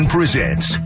Presents